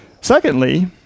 Secondly